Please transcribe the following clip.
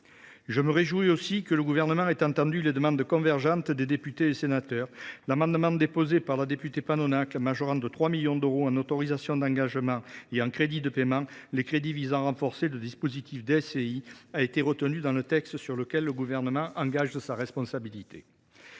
Je me réjouis aussi que le Gouvernement ait entendu les demandes convergentes des députés et des sénateurs. L’amendement, déposé par la députée Panonacle, majorant de 3 millions d’euros en autorisations d’engagement et en crédits de paiement les crédits visant à renforcer le dispositif de DFCI a été retenu dans le texte sur lequel le Gouvernement a engagé sa responsabilité.